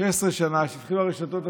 כשהתחילו הרשתות החברתיות,